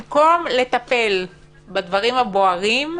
במקום לטפל בדברים הבוערים,